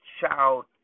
child